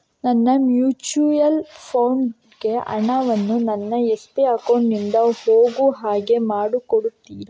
ನನ್ನ mutual fund ಗೆ ಹಣ ವನ್ನು ನನ್ನ ಎಸ್.ಬಿ ಅಕೌಂಟ್ ನಿಂದ ಹೋಗು ಹಾಗೆ ಮಾಡಿಕೊಡುತ್ತೀರಾ?